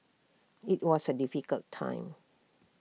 IT was A difficult time